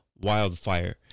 Wildfire